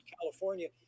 california